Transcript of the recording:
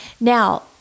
Now